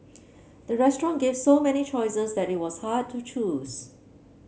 the restaurant gave so many choices that it was hard to choose